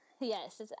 Yes